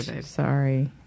Sorry